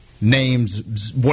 names